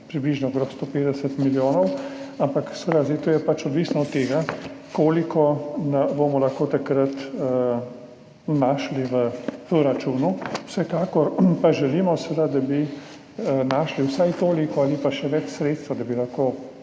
približno okrog 150 milijonov, ampak seveda je to zdaj pač odvisno od tega, koliko bomo lahko takrat našli v proračunu. Vsekakor pa želimo, da bi našli vsaj toliko ali pa še več sredstev,